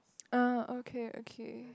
ah okay okay